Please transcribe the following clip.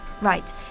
right